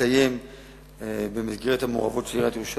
שעליהם לפנותם בתוך 60 יום לפני שיפונו על-ידי העירייה.